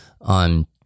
on